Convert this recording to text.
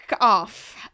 off